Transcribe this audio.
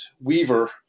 weaver